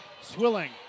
Swilling